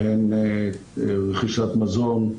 בהן רכישת מזון,